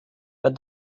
but